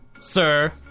Sir